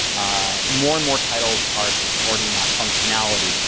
ah more and more titles are supporting that functionality.